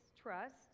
trust